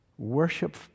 worship